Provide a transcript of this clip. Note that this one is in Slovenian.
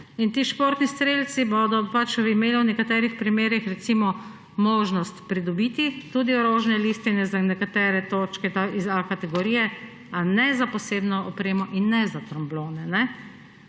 Ti športni strelci bodo v nekaterih primerih, recimo, imeli možnost pridobiti tudi orožne listine za nekatere točke iz A kategorije, a ne za posebno opremo in ne za tromblone.